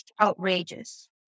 outrageous